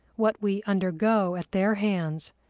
what we undergo at their hands,